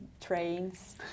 trains